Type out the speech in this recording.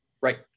right